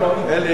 אולטימטום,